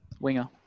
Winger